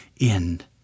end